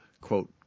quote